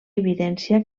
evidència